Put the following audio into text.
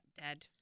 dead